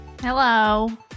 Hello